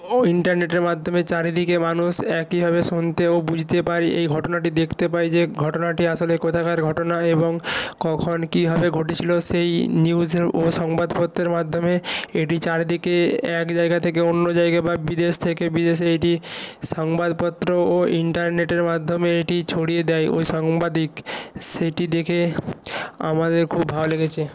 ও ইন্টারনেটের মাধ্যমে চারিদিকে মানুষ একইভাবে শুনতে ও বুঝতে পারে এই ঘটনাটি দেখতে পায় যে ঘটনাটি আসলে কোথাকার ঘটনা এবং কখন কীভাবে ঘটেছিলো সেই নিউজের ও সংবাদপত্রের মাধ্যমে এটি চারিদিকে এক জায়গা থেকে অন্য জায়গায় বা বিদেশ থেকে বিদেশে এটি সংবাদপত্র ও ইন্টারনেটের মাধ্যমে এটি ছড়িয়ে দেয় ওই সাংবাদিক সেইটি দেখে আমাদের খুব ভালো লেগেছে